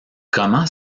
comment